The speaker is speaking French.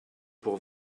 pour